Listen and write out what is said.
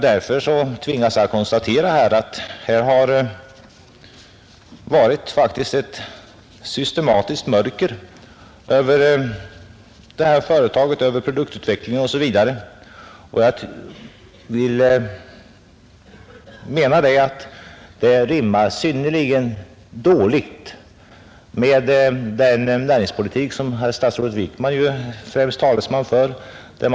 Därför tvingas jag konstatera att det faktiskt har skett en systematisk mörkläggning av det här företaget, av produktutvecklingen osv. Det rimmar synnerligen dåligt med den näringspolitik som statsrådet Wickman är den främste talesmannen för.